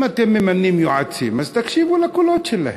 אם אתם ממנים יועצים, אז תקשיבו לקולות שלהם,